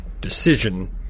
decision